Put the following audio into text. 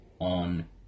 on